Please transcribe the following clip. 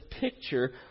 picture